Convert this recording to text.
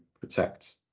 protect